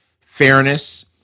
fairness